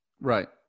Right